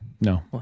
No